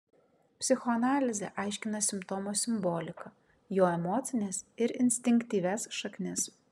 psichoanalizė aiškina simptomo simboliką jo emocines ir instinktyvias šaknis